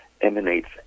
emanates